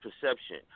perception